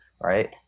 right